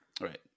Right